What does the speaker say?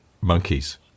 monkeys